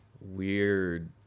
weird